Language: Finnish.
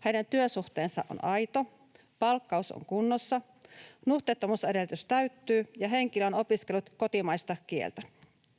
hänen työsuhteensa on aito, palkkaus on kunnossa, nuhteettomuusedellytys täyttyy ja henkilö on opiskellut kotimaista kieltä.